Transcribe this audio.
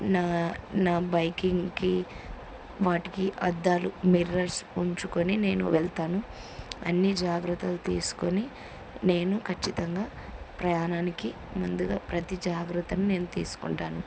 నా నా బైకింగ్కి వాటికి అద్దాలు మిర్రర్స్ ఉంచుకొని నేను వెళ్తాను అన్ని జాగ్రత్తలు తీసుకొని నేను ఖచ్చితంగా ప్రయాణానికి ముందుగా ప్రతి జాగ్రత్తను నేను తీసుకుంటాను